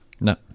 No